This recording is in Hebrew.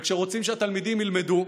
וכשרוצים שהתלמידים ילמדו,